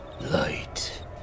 Light